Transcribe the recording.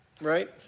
right